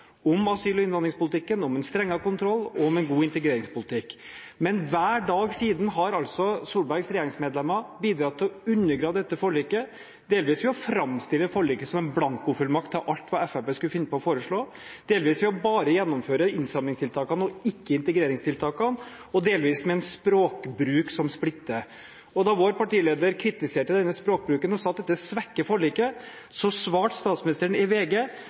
om asyl- og innvandringspolitikken, om en strengere kontroll og om en god integreringspolitikk. Men hver dag siden har altså Solbergs regjeringsmedlemmer bidratt til å undergrave dette forliket – delvis ved å framstille forliket som en blankofullmakt til alt hva Fremskrittspartiet skulle finne på å foreslå, delvis ved bare å gjennomføre innstrammingstiltakene og ikke integreringstiltakene, og delvis med en språkbruk som splitter. Da vår partileder kritiserte denne språkbruken og sa at dette svekker forliket, svarte statsministeren i VG